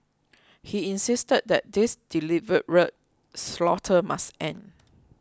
he insisted that this deliberate slaughter must end